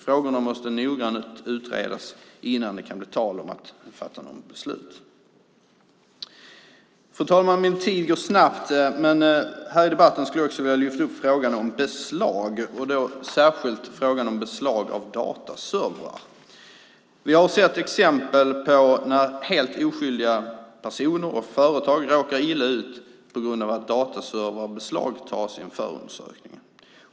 Frågorna måste noggrant utredas innan det kan bli tal om att fatta beslut. Fru talman! Min talartid går snabbt. Här i debatten skulle jag också vilja ta upp frågan om beslag, särskilt beslag av dataservrar. Vi har sett exempel på att helt oskyldiga personer och företag råkar illa ut på grund av att dataservrar beslagtagits i en förundersökning.